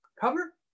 cover